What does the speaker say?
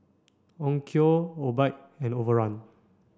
Onkyo Obike and Overrun